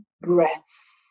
breaths